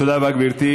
תודה רבה, גברתי.